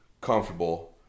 comfortable